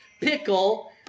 pickle